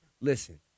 listen